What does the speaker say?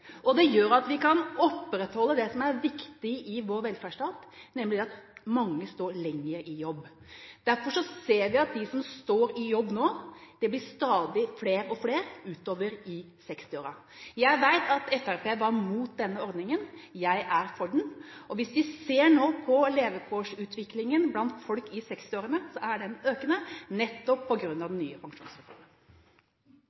som er viktig i vår velferdsstat, nemlig at mange står lenger i jobb. Derfor ser vi nå at det blir stadig flere som står i jobb utover i 60-årene. Jeg vet at Fremskrittspartiet var imot denne ordningen. Jeg er for den. Hvis vi nå ser på levekårsutviklingen blant folk i 60-årene, er den økende, nettopp